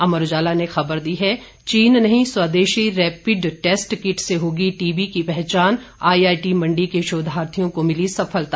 अमर उजाला ने खबर दी है चीन नहीं स्वदेशी रैपिड टेस्ट किट से होगी टीबी की पहचान आईआईटी मंडी के शोधार्थियों को मिली सफलता